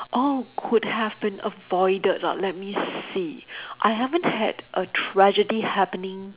oh could have been avoided l~ let me see I haven't had a tragedy happening